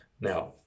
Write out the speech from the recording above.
now